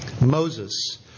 Moses